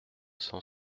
cent